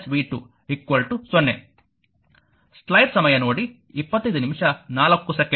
ಆದ್ದರಿಂದ v 2 0